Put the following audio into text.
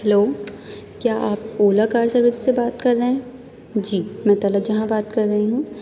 hello کیا آپ Ola car service سے بات کر رہے ہیں جی میں طلعت جہاں بات کر رہی ہوں